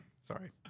Sorry